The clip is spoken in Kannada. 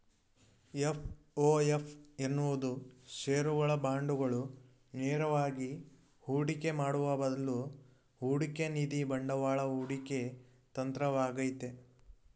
ಎಫ್.ಒ.ಎಫ್ ಎನ್ನುವುದು ಶೇರುಗಳು, ಬಾಂಡುಗಳು ನೇರವಾಗಿ ಹೂಡಿಕೆ ಮಾಡುವ ಬದ್ಲು ಹೂಡಿಕೆನಿಧಿ ಬಂಡವಾಳ ಹೂಡಿಕೆ ತಂತ್ರವಾಗೈತೆ